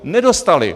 Nedostali!